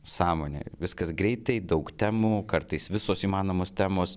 sąmonę viskas greitai daug temų kartais visos įmanomos temos